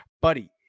Buddy